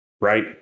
right